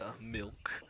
milk